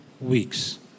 weeks